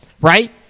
Right